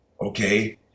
okay